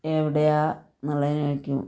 എവിടെയാണെന്നുള്ളതിന് ചോദിക്കും